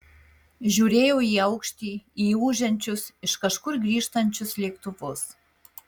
žiūrėjo į aukštį į ūžiančius iš kažkur grįžtančius lėktuvus